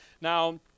Now